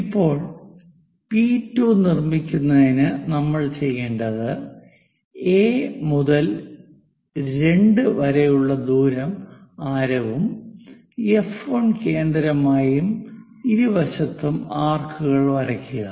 ഇപ്പോൾ പി2 നിർമ്മിക്കുന്നതിന് നമ്മൾ ചെയ്യേണ്ടത് എ മുതൽ 2 വരെയുള്ള ദൂരം ആരവും എഫ്1 കേന്ദ്രമായും ഇരുവശത്തും ആർക്കുകൾ വരയ്ക്കുക